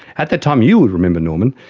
at that time, you would remember norman,